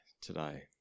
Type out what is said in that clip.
today